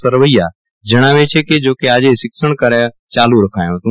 સરવૈયા જણાવ છે કે જોકે આજે શિક્ષણકાર્ય ચાલુ રખાયું હત